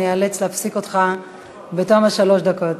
אני איאלץ להפסיק אותך בתום שלוש הדקות.